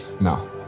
No